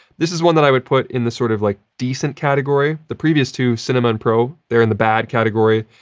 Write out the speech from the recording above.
this is one that i would put in the sort of like decent category. the previous two, cinema and pro, they're in the bad category.